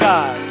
God